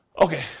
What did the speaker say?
Okay